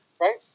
Right